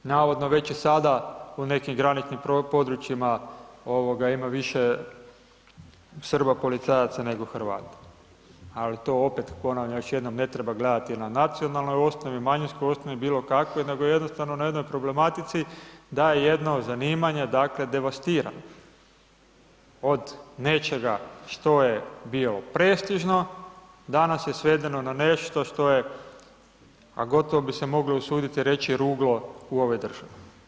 Navodno već i sada u nekim graničnim područjima ima više Srba policajaca nego Hrvata ali to ponavljam još jednom ne treba gledati na nacionalnoj osnovi, manjinskoj osnovi, bilokakvoj nego jednostavno na jednoj problematici da je jedno zanimanje devastirano od nečega što je bilo prestižno, danas je svedeno na nešto što je a gotovo bi se mogli usuditi reći, ruglo u ovoj državi.